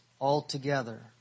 altogether